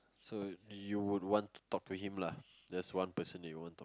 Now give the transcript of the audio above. so you would want to talk to him lah that's one person you want talk